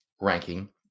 ranking